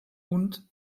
und